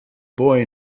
boy